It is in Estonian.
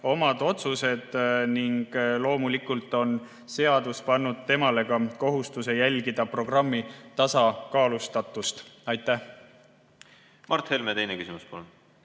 kohta otsuseid ning loomulikult on seadus pannud temale ka kohustuse jälgida programmi tasakaalustatust. Mart Helme, teine küsimus, palun!